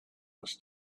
was